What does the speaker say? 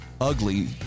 ugly